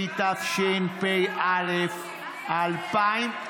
התשפ"א 2021,